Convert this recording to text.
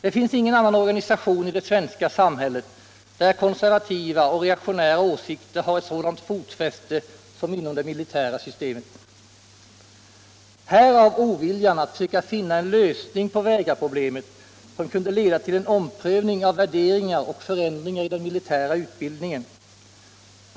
Det finns ingen annan organisation i det svenska samhället där konservativa och reaktionära åsikter har ett sådant fotfäste som inom det militära systemet. Härav oviljan att försöka finna en lösning på vägrarproblemet, som kunde leda till en omprövning av värderingar och förändringar i den militära utbildningen.